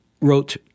wrote